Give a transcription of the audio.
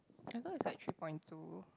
I thought is like three point two